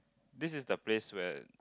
this is the place where